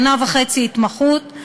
שנה וחצי התמחות,